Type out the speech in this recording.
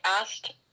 asked